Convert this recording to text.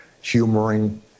humoring